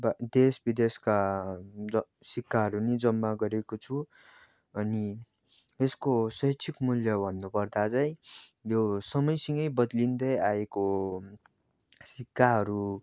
देश विदेशका ज सिक्काहरू पनि जम्मा गरेको छु अनि यसको शैक्षिक मूल्य भन्नुपर्दा चाहिँ यो समयसँगै बद्लिँदै आएको हो सिक्काहरू